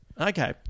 Okay